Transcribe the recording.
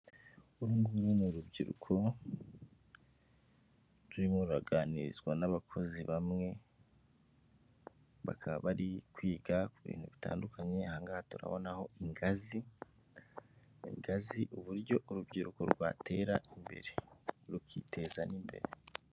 Urunguru ni urubyiruko rurimo ruraganirizwa n'abakozi bamwe, bakaba bari kwiga ku bintu bitandukanye, ahangagaha turabonaho ingazi igaragaza uburyo urubyiruko rwatera imbere rukiteza n' imbere.